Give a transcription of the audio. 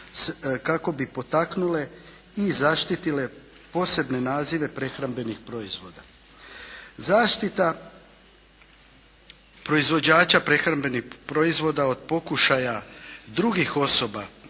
kako bi potaknule i zaštitile posebne nazive prehrambenih proizvoda. Zaštita proizvođača prehrambenih proizvoda od pokušaja drugih osoba